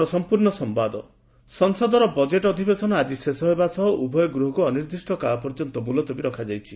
ଲୋକସଭା ସଂସଦର ବଜେଟ୍ ଅଧିବେଶନ ଆକି ଶେଷ ହେବା ସହ ଉଭୟ ଗୃହକୁ ଅନିର୍ଦ୍ଦିଷ୍ କାଳ ପର୍ଯ୍ୟନ୍ତ ମୁଲତବୀ ରଖାଯାଇଛି